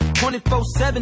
24-7